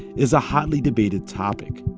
is a hotly debated topic.